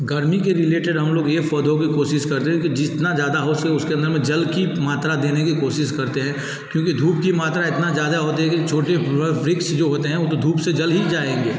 गर्मी के रिलेटेड हम लोग ये पौधों की कोशिश करते हैं कि जितना ज़्यादा हो सके उसके अंदर में जल की मात्रा देने की कोशिश करते हैं क्योंकि धूप की मात्रा इतना ज़्यादा होती है कि छोटी वृक्ष जो होते हैं वो तो धूप से जल ही जाएंगे